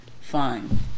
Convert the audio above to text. fine